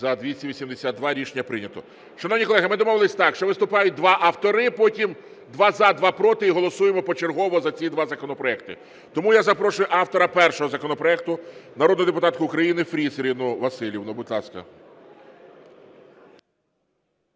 За-282 Рішення прийнято. Шановні колеги, ми домовилися так, що виступають два автори, потім два – за, два – проти, і голосуємо почергово за ці два законопроекти. Тому я запрошую автора першого законопроекту народну депутатку України Фріз Ірину Василівну. Будь ласка.